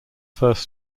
first